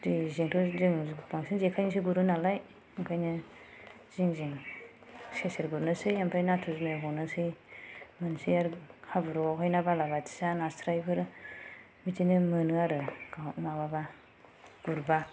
जोंथ जों बांसिन जेखायजोंसो गुरो नालाय ओंखायनो जिं जिं सेर सेर गुरनोसै आमफ्राय नाथुर जुनाय हनोसै होसै आरो हाब्रुयाव हाय ना बाला बाथिया नास्रायफोर बादिनो मोनो आरो माबाब्ला गुरब्ला